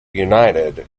united